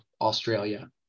Australia